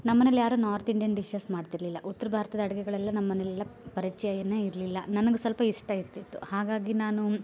ನಮ್ಮ ಮನೆಲಿ ಯಾರು ನಾರ್ತ್ ಇಂಡಿಯನ್ ಡಿಷಸ್ ಮಾಡ್ತಿರಲಿಲ್ಲ ಉತ್ತರ ಭಾರತದ ಅಡ್ಗೆಗಳೆಲ್ಲ ನಮ್ಮ ಮನೆಲೆಲ್ಲ ಪರಿಚಯನೇ ಇರಲಿಲ್ಲ ನನಗೆ ಸ್ವಲ್ಪ ಇಷ್ಟ ಇರ್ತಿತ್ತು ಹಾಗಾಗಿ ನಾನು